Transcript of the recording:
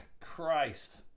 Christ